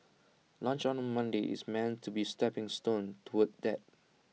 lunch on Monday is meant to be A stepping stone toward that